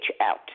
out